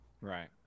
Right